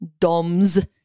doms